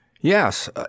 Yes